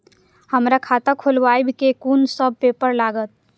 हमरा खाता खोलाबई में कुन सब पेपर लागत?